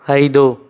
ಐದು